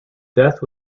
death